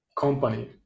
company